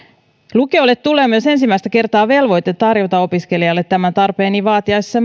lukioille tulee myös ensimmäistä kertaa velvoite tarjota opiskelijalle tämän tarpeen niin vaatiessa